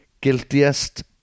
Guiltiest